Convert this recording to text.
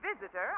visitor